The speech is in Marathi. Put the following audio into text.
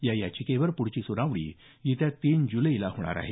या याचिकेवर पुढची सुनावणी येत्या तीन जुलैला होणार आहे